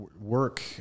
work